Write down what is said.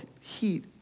heat